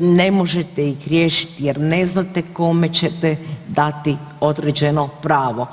ne možete ih riješiti jer ne znate kome ćete dati određeno pravo.